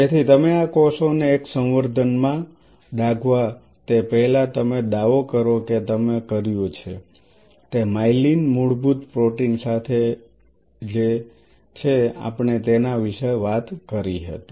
તેથી તમે આ કોષોને એક સંવર્ધન માં ડાઘવા તે પહેલાં તમે દાવો કરો કે તમે કર્યું છે તે માયેલિન મૂળભૂત પ્રોટીન સાથે છે જે આપણે તેના વિશે વાત કરી હતી